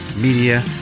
Media